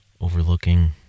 overlooking